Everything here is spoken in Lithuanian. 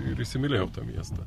ir įsimylėjau tą miestą